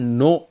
no